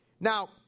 Now